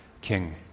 king